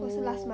oh